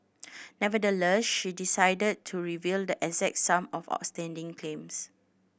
nevertheless she decided to reveal the exact sum of outstanding claims